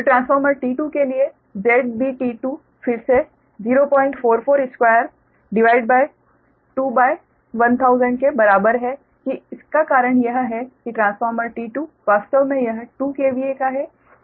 transformer T2 के लिए Z BT2 फिर से 0442 your के बराबर है कि इसका कारण यह है कि ट्रांसफार्मर T2 वास्तव में यह 2 KVA का है और 440V120 है